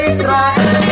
Israel